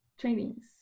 trainings